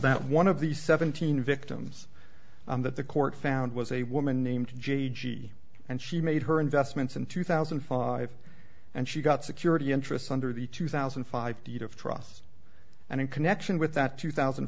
that one of the seventeen victims that the court found was a woman named j g and she made her investments in two thousand and five and she got security interests under the two thousand and five feet of trusts and in connection with that two thousand